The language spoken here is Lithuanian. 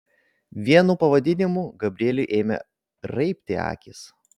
vien nuo pavadinimų gabrieliui ėmė raibti akys